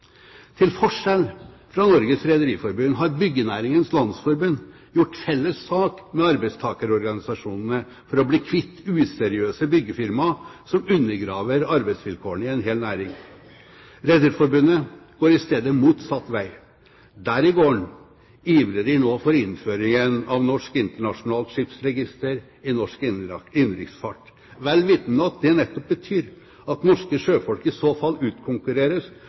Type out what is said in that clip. Til forskjell fra Norges Rederiforbund har Byggenæringens Landsforening gjort felles sak med arbeidstakerorganisasjonene for å bli kvitt useriøse byggefirmaer som undergraver arbeidsvilkårene i en hel næring. Rederiforbundet går i stedet motsatt vei. Der i gården ivrer de nå for innføringen av norsk internasjonalt skipsregister i norsk innenriksfart, vel vitende om at det nettopp betyr at norske sjøfolk i så fall utkonkurreres